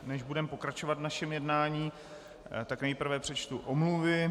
Než budeme pokračovat v našem jednání, nejprve přečtu omluvy.